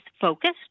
focused